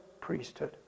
priesthood